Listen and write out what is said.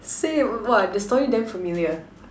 same !wah! the story damn familiar